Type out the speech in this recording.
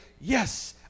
yes